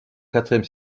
quatrième